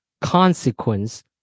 consequence